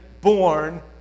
born